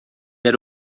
era